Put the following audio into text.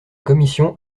commission